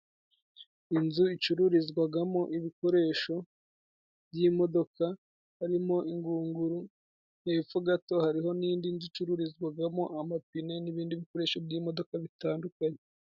Inzu icururizwagamo ibikoresho by'imodoka harimo ingunguru, hepfo gato hariho n'indi icururizwagamo amapine n'ibindi bikoresho by'imodoka bitandukanye.